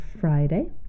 Friday